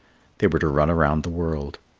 they were to run around the world.